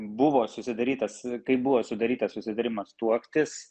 buvo susidarytas kai buvo sudarytas susitarimas tuoktis